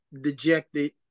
dejected